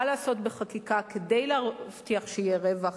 לעשות בחקיקה כדי להבטיח שיהיה רווח